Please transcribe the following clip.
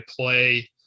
play